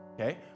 Okay